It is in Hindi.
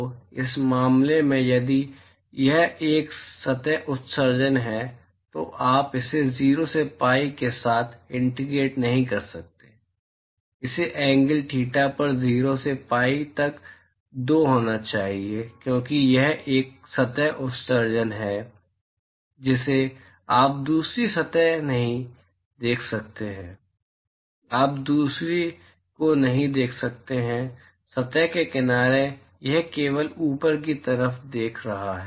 तो इस मामले में यदि यह एक सतह उत्सर्जन है तो आप इसे 0 से पीआई के साथ इंटीग्रेट नहीं कर सकते हैं इसे एंगल थीटा पर 0 से पीआई तक 2 होना चाहिए क्योंकि यह एक सतह उत्सर्जन है जिसे आप दूसरी सतह नहीं देख सकते हैं आप दूसरे को नहीं देख सकते हैं सतह के किनारे यह केवल ऊपर की तरफ देख रहा है